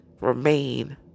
remain